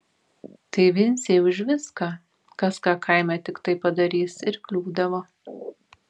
tai vincei už viską kas ką kaime tiktai padarys ir kliūdavo